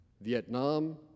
Vietnam